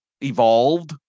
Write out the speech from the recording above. evolved